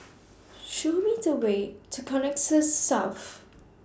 Show Me The Way to Connexis South